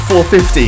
450